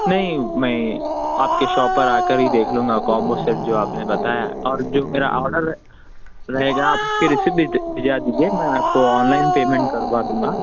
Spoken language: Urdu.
نہیں میں آپ کے شاپ پر آ کر ہی دیکھ لوں گا کامبو سیٹ جو آپ نے بتایا اور جو مرا آڈر ہے رہے گا آپ اس کی رسپٹ بھیجوا دیجیے میں آپ کو آن لائن پیمنٹ کروا دوں گا